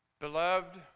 Beloved